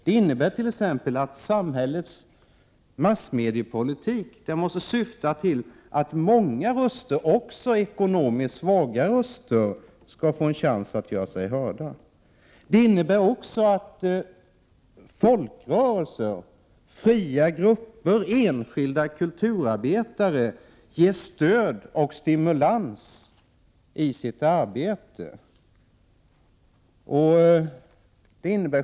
Det innebär t.ex. att samhällets massmediepolitik måste syfta till att många röster — även ekonomiskt svaga röster — skall få en chans att göra sig gällande. Det innebär också att folkrörelser, fria grupper och enskilda kulturarbetare måste ges stöd och stimulans i sitt arbete.